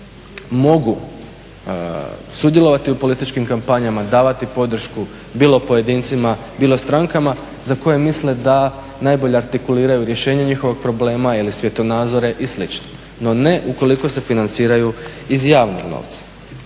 mogu sudjelovati u političkim kampanjama, davati podršku bilo pojedincima, bilo strankama za koje misle da najbolje artikuliraju rješenje njihovog problema ili svjetonazore i slično, no ne ukoliko se financiraju iz javnog novca.